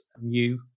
new